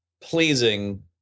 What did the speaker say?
pleasing